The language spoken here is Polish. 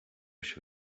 się